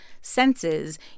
senses